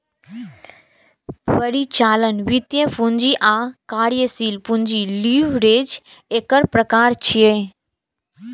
परिचालन, वित्तीय, पूंजी आ कार्यशील पूंजी लीवरेज एकर प्रकार छियै